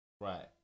Right